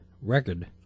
record